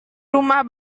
rumah